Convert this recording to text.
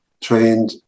trained